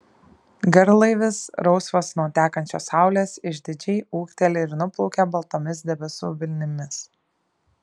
garlaivis rausvas nuo tekančios saulės išdidžiai ūkteli ir nuplaukia baltomis debesų vilnimis